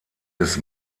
des